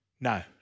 No